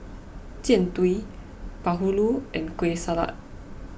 Jian Dui Bahulu and Kueh Salat